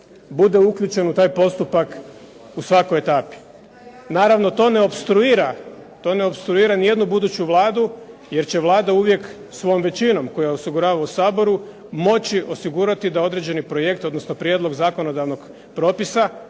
bude uključen u taj postupak u svakoj etapi. Naravno to ne opstruira niti jednu buduću Vladu jer će Vlada uvijek svojom većinom koju osigurava u Saboru moći osigurati da određeni projekt, odnosno prijedlog zakonodavnog propisa